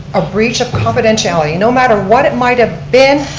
a breach of confidentiality. no matter what it might have been,